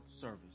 service